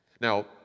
Now